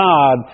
God